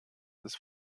ist